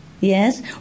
Yes